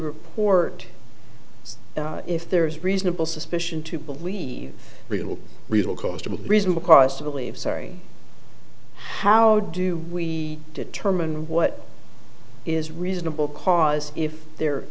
report if there is reasonable suspicion to believe real real cost of a reasonable cause to believe sorry how do we determine what is reasonable cause if there